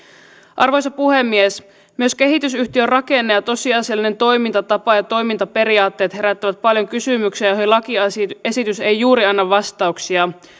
arvoisa puhemies myös kehitysyhtiön rakenne ja tosiasiallinen toimintatapa ja toimintaperiaatteet herättävät paljon kysymyksiä joihin lakiesitys ei juuri anna vastauksia